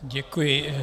Děkuji.